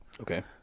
Okay